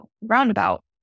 Roundabout